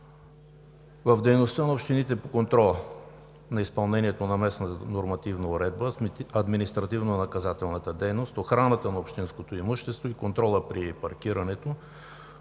В дейността на общините по контрола на изпълнението на местната нормативна уредба, административнонаказателната дейност, охраната на общинското имущество и контрола при паркирането,